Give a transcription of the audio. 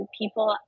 people